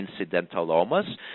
incidentalomas